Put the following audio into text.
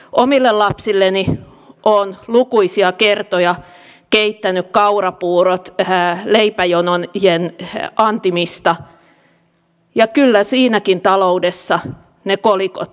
omille lapsilleni olen lukuisia kertoja keittänyt kaurapuurot leipäjonojen antimista ja kyllä siinäkin taloudessa ne kolikot olivat tarpeen